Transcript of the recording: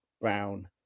Brown